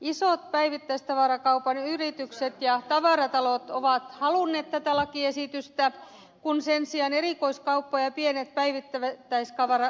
isot päivittäistavarakaupan yritykset ja tavaratalot ovat halunneet tätä lakiesitystä kun sen sijaan erikoiskauppa ja pienet päivittämättä is a wara